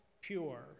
pure